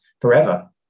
forever